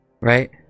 Right